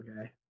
Okay